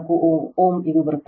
4 Ω ಅದು ಬರುತ್ತದೆ